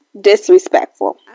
disrespectful